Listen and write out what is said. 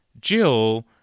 Jill